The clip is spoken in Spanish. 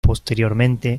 posteriormente